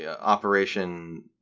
operation